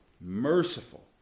merciful